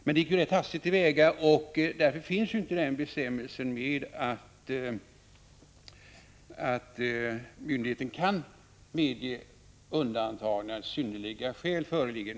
Man gick hastigt till väga, och därför finns inte bestämmelsen med att myndigheter kan medge undantag när synnerliga skäl föreligger.